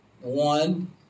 one